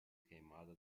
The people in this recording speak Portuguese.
queimada